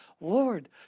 Lord